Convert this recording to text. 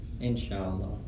inshallah